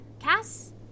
Cass